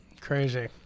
Crazy